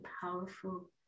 powerful